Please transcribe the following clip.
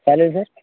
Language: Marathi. चालेल सर